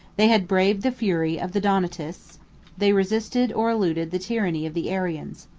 they had braved the fury of the donatists they resisted, or eluded, the tyranny of the arians.